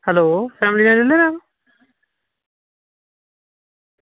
hello family दे लेई ले न